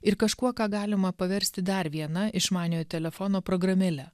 ir kažkuo ką galima paversti dar viena išmaniojo telefono programėle